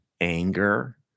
anger